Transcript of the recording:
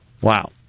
Wow